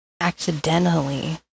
accidentally